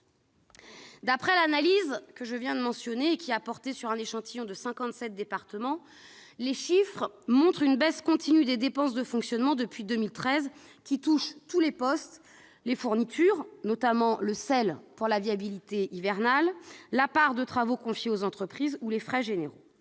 D'après l'analyse que je viens d'évoquer, laquelle a porté sur un échantillon de 57 départements, les chiffres montrent une baisse continue des dépenses de fonctionnement depuis 2013, qui touche tous les postes : les fournitures, notamment le sel pour la viabilité hivernale, la part de travaux confiée aux entreprises ou les frais généraux.